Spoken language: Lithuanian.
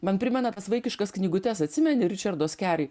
man primena tas vaikiškas knygutes atsimeni ričardo skerij